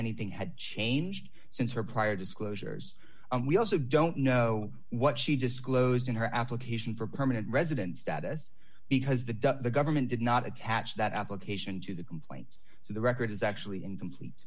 anything had changed since her prior disclosures and we also don't know what she disclosed in her application for permanent resident status because the government did not attach that application to the complaint so the record is actually incomplete